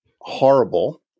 horrible